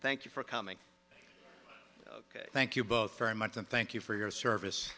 thank you for coming ok thank you both very much and thank you for your service